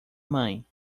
mãe